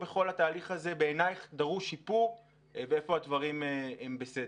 היכן בכל התהליך הזה בעינייך דרוש שיפור והיכן הדברים הם בסדר.